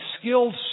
skilled